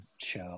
show